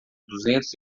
duzentos